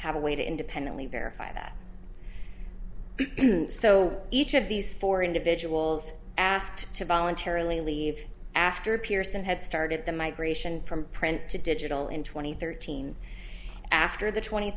have a way to independently verify that so each of these four individuals asked to voluntarily leave after pearson had started the migration from print to digital in two thousand and thirteen after the tw